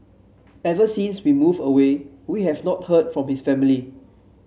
ever since we moved away we have not heard from his family